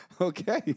Okay